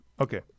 Okay